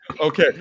Okay